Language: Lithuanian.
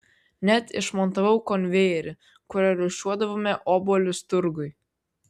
net išmontavau konvejerį kuriuo rūšiuodavome obuolius turgui